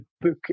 book